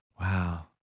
Wow